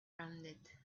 rounded